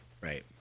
Right